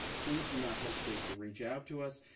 please do not hesitate to reach out to us.